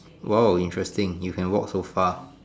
!wow! interesting you can walk so far